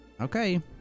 Okay